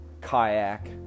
kayak